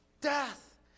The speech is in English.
death